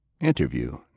Interview